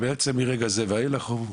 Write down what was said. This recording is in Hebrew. ומעכשיו ואילך הוא,